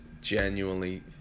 genuinely